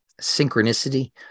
synchronicity